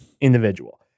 individual